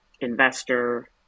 investor